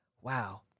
Wow